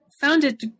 founded